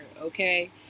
okay